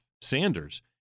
Sanders